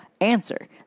answer